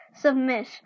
submit